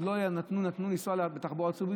עוד לא נתנו לנסוע בתחבורה ציבורית,